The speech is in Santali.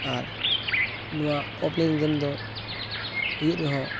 ᱟᱨ ᱱᱚᱣᱟ ᱚᱯᱷ ᱞᱟᱭᱤᱱ ᱜᱮᱢᱫᱚ ᱦᱩᱭᱩᱜ ᱨᱮᱦᱚᱸ